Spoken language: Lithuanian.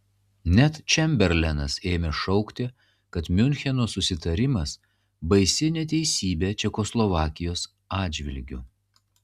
net čemberlenas ėmė šaukti kad miuncheno susitarimas baisi neteisybė čekoslovakijos atžvilgiu